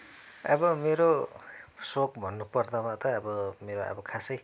अब मेरो सोख भन्नुपर्दामा त अब मेरो अब खासै